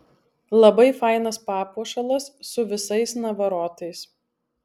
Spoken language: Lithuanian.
labai fainas papuošalas su visais navarotais